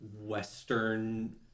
western